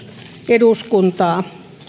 eduskuntaa